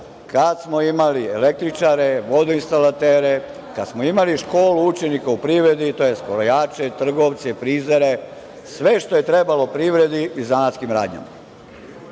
tad smo imali električare, vodoinstalatere, kad smo imali školu učenika u privredi, tj. krojače, trgovce, frizere, sve što je trebalo privredi i zanatskim radnjama. Kao